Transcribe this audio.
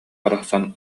барахсан